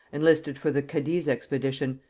enlisted for the cadiz expedition,